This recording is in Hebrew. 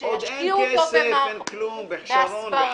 ושישקיעו אותו בהסברה.